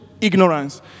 ignorance